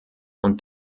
und